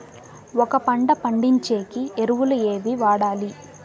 ఒక పంట పండించేకి ఎరువులు ఏవి వాడాలి?